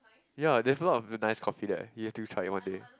ya there's a lot of nice coffee there you've to try it one day